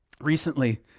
Recently